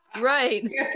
right